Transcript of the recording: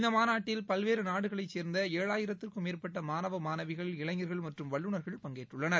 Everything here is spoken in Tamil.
இந்த மாநாட்டில் பல்வேறு நாடுகளைச் சேர்ந்த ஏழாயிரத்திற்கும் மேற்பட்ட மாணவ மாணவிகள் இளைஞர்கள் மற்றும் வல்லூநர்கள் பங்கேற்றுள்ளனர்